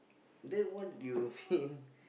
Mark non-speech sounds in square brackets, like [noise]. then what you [breath] mean